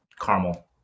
caramel